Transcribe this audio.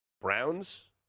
Browns